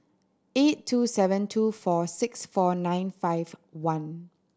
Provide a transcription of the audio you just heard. eight two seven two four six four nine five one